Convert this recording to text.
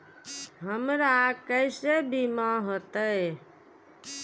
हमरा केसे बीमा होते?